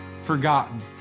forgotten